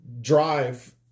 drive